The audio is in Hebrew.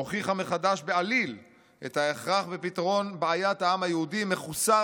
הוכיחה מחדש בעליל את ההכרח בפתרון בעיית העם היהודי מחוסר